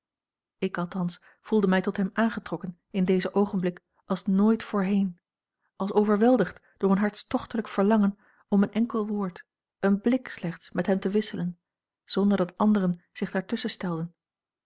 ik althans voelde mij tot hem aangetrokken in dezen oogenblik als nooit voorheen als overweldigd door een hartstochtelijk verlangen om een enkel woord een blik slechts met hem te wisselen zonder dat anderen zich daartusschen stelden